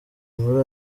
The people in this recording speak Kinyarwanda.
muri